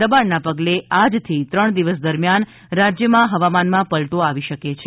દબાણના પગલે આજથી ત્રણ દિવસ દરમિયાન રાજ્યમાં હવામાનમાં પલટો આવી શકે છે